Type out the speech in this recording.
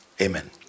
Amen